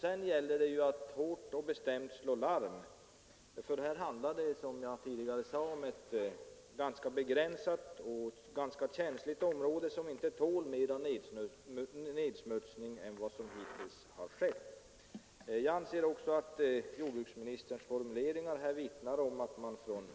Sedan gäller det naturligtvis att hårt och bestämt slå larm, eftersom det som jag tidigare sade här handlar om ett ganska begränsat och ganska känsligt område som inte tål mera nedsmutsning. Jag anser vidare att jordbruksministerns formuleringar vittnar om att man från